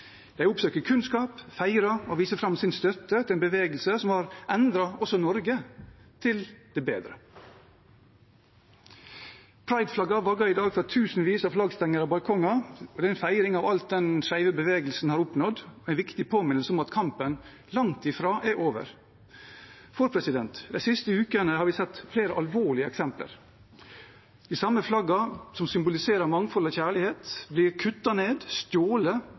oppsøker kunnskap, feirer og viser fram sin støtte til en bevegelse som har endret Norge til det bedre. Pride-flagget vaier i dag fra tusenvis av flaggstenger og balkonger. De er en feiring av alt det den skeive bevegelsen har oppnådd, og en viktig påminnelse om at kampen langt fra er over. De siste ukene har vi sett flere alvorlige eksempler. De samme flaggene som symboliserer mangfold og kjærlighet, blir kuttet ned, stjålet